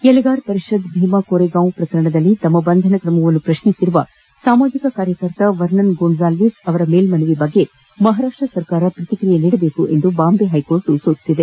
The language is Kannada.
ಎಲೆಗಾರ್ ಪರಿಷದ್ ಭೀಮಾ ಕೋರೇಗಾಂವ್ ಪ್ರಕರಣದಲ್ಲಿ ತಮ್ಮ ಬಂಧನ ತ್ರಮವನ್ನು ಪ್ರತ್ನಿಸಿರುವ ಸಾಮಾಜಿಕ ಕಾರ್ಯಕರ್ತ ವರ್ನನ್ ಗೊಂಜಾಲ್ವಿಸ್ ಅವರ ಮೇಲ್ಮನವಿಯ ಬಗ್ಗೆ ಮಹಾರಾಷ್ಟ ಸರ್ಕಾರ ಪ್ರತಿಕ್ರಿಯೆ ನೀಡಬೇಕೆಂದು ಬಾಂಬೆ ಹೈಕೋರ್ಟ್ ಸೂಚಿಸಿದೆ